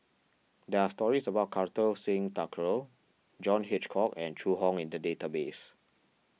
there are stories about Kartar Singh Thakral John Hitchcock and Zhu Hong in the database